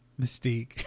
mystique